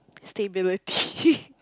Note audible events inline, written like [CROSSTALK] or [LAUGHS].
stability [LAUGHS]